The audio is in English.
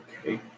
Okay